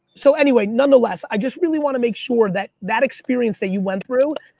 so anyway, nonetheless, i just really wanna make sure that that experience that you went through,